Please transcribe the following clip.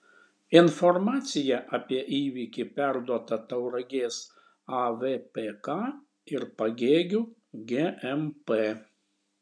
informacija apie įvykį perduota tauragės avpk ir pagėgių gmp